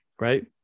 right